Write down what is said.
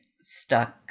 stuck